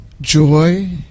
joy